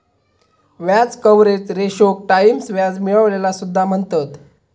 व्याज कव्हरेज रेशोक टाईम्स व्याज मिळविलेला सुद्धा म्हणतत